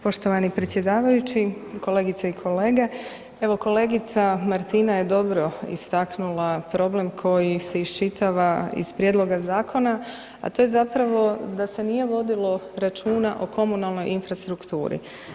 Poštovani predsjedavajući, kolegice i kolege, evo kolegica Martina je dobro istaknula problem koji se iščitava iz prijedloga zakona, a to je zapravo da se nije vodilo računa o komunalnoj infrastrukturi.